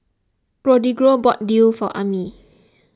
Rodrigo bought Daal for Emmie